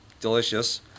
delicious